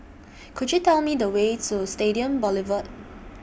Could YOU Tell Me The Way to Stadium Boulevard